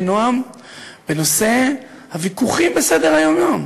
נועם בנושאי הוויכוחים בסדר היום-יום,